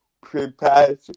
prepare